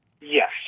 yes